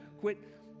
quit